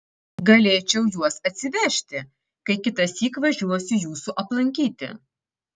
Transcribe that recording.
galėčiau juos atsivežti kai kitąsyk važiuosiu jūsų aplankyti